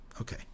okay